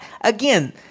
again